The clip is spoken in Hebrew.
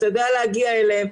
אתה יודע להגיע אליהם.